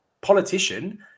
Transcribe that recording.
politician